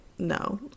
No